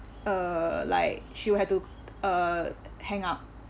uh like she'll have to uh hang up